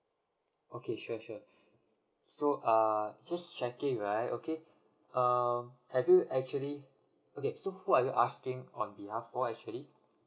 okay sure sure so err just checking right okay err have you actually okay so who are you asking on behalf for actually